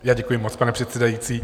Já děkuji moc, pane předsedající.